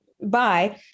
Bye